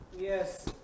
Yes